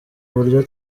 uburyo